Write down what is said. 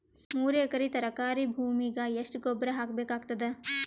ಮೂರು ಎಕರಿ ತರಕಾರಿ ಭೂಮಿಗ ಎಷ್ಟ ಗೊಬ್ಬರ ಹಾಕ್ ಬೇಕಾಗತದ?